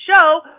show